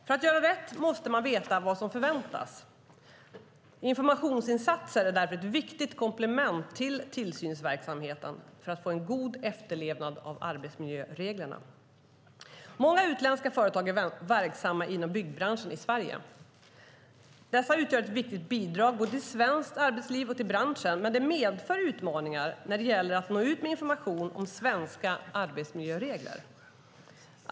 För att göra rätt måste man veta vad som förväntas. Informationsinsatser är därför ett viktigt komplement till tillsynsverksamheten för att få en god efterlevnad av arbetsmiljöreglerna. Många utländska företag är verksamma inom byggbranschen i Sverige. Detta utgör ett viktigt bidrag både till svenskt arbetsliv och till branschen, men det medför utmaningar när det gäller att nå ut med information om svenska arbetsmiljöregler.